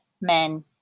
men